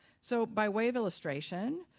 so by way of illustration,